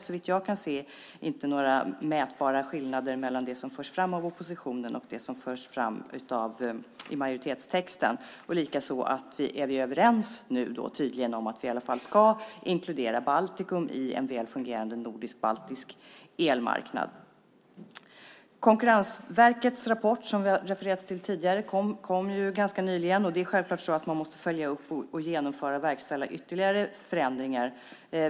Såvitt jag kan se finns det inga mätbara skillnader mellan det som förs fram av oppositionen och det som förs fram i majoritetstexten. Tydligen är vi nu överens om att vi i alla fall ska inkludera Baltikum i en väl fungerande nordisk-baltisk elmarknad. Konkurrensverkets rapport, som det refererats till tidigare, kom ganska nyligen. Självklart måste man göra en uppföljning och genomföra, verkställa, ytterligare förändringar.